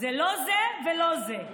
זה לא זה ולא זה.